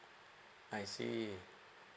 I see